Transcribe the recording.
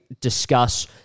discuss